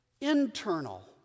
internal